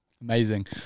Amazing